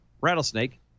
rattlesnake